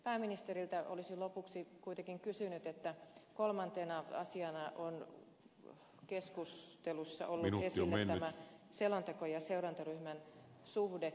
pääministeriltä olisin lopuksi kuitenkin kysynyt kun kolmantena asiana on keskustelussa ollut esillä tämä selonteko ja seurantaryhmän suhde